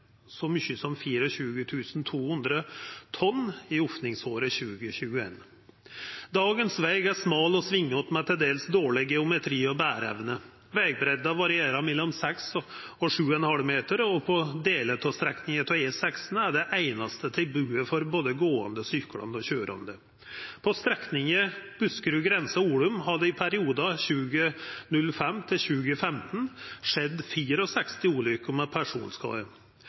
så mykje som 24 200 tonn i opningsåret 2021. Dagens veg er smal og svingete, med til dels dårleg geometri og bereevne. Vegbreidda varierer mellom 6 og 7,5 meter – på delar av strekninga på E16 det einaste tilbodet til både gåande, syklande og køyrande. På strekninga Buskerud grense–Olum har det i perioden 2005–2015 skjedd 64 ulykker med